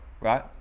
right